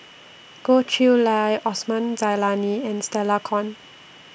Goh Chiew Lye Osman Zailani and Stella Kon